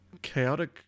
Chaotic